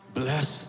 bless